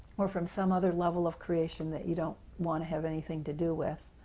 or from some other level of creation that you don't want to have anything to do with,